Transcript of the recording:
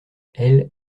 elles